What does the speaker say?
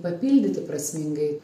papildyti prasmingai